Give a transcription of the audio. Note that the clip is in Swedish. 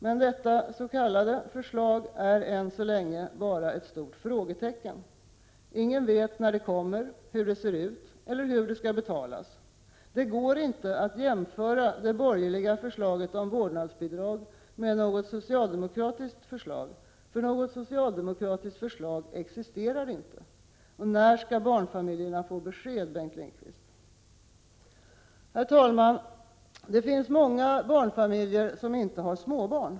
Men detta s.k. förslag är än så länge bara ett stort frågetecken. Ingen vet när det kommer, hur det ser eller hur det skall betalas. Det går inte att jämföra det borgerliga förslaget om vårdnadsbidrag med något socialdemokratiskt förslag. Det existerar inte något socialdemokratiskt förslag. När skall barnfamiljerna få besked, Bengt Lindqvist? Herr talman! Det finns många barnfamiljer där man inte har småbarn.